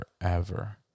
forever